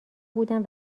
بودم